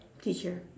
teacher